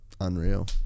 Unreal